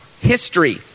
history